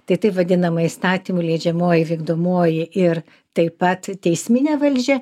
tai taip vadinama įstatymų leidžiamoji vykdomoji ir taip pat teisminė valdžia